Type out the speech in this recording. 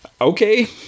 Okay